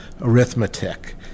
arithmetic